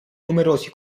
numerosi